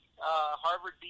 Harvard